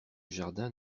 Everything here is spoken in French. jardin